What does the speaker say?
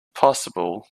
possible